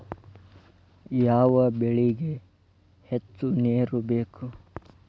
ಯಾವ ಬೆಳಿಗೆ ಹೆಚ್ಚು ನೇರು ಬೇಕು?